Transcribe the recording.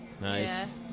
Nice